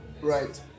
right